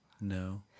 No